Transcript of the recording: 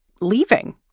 leaving